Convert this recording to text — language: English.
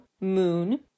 moon